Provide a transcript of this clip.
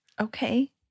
Okay